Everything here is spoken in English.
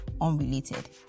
unrelated